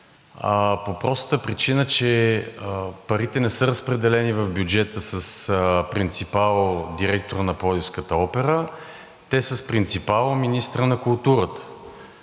по простата причина, че парите не са разпределени в бюджета с принципал директора на Пловдивската опера. Те са с принципал министъра на културата,